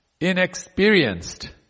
Inexperienced